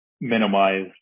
minimize